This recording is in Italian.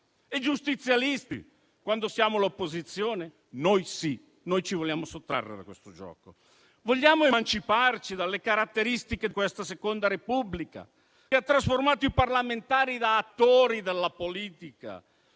e giustizialisti quando siamo l'opposizione? Noi sì, ci vogliamo sottrarre a questo gioco. Vogliamo emanciparci dalle caratteristiche di questa Seconda Repubblica, che ha trasformato i parlamentari da attori della politica